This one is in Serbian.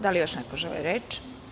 Da li još neko želi reč?